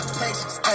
patience